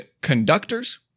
conductors